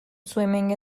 swimming